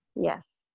Yes